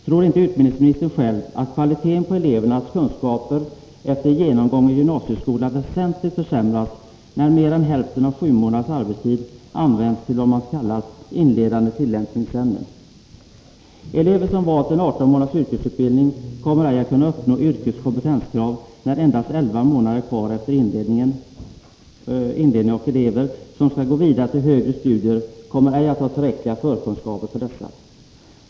Tror inte utbildningsministern själv att kvaliteten på elevernas kunskaper efter genomgången gymnasieskola väsentligt försämras när mer än hälften av 7 månaders arbetstid används till vad som kallas ”inledande tillämpningsämnen”? Elever som valt en 18 månaders yrkesutbildning kommer ej att kunna uppnå yrkets kompetenskrav när endast 11 månader är kvar efter inledningen, och elever som skall gå vidare till högre studier kommer ej att ha tillräckliga förkunskaper för dessa.